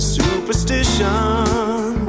superstition